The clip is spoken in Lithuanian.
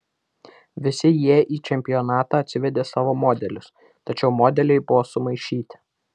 visi jie į čempionatą atsivedė savo modelius tačiau modeliai buvo sumaišyti